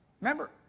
Remember